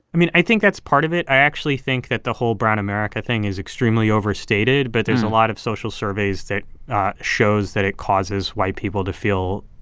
i mean, i think that's part of it. i actually think that the whole brown america thing is extremely overstated, but there's a lot of social surveys that shows that it causes white people to feel